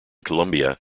colombia